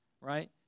right